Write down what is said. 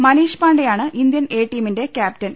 മനീഷ് പാണ്ഡെയാണ് Indian A ടീമിന്റെ captain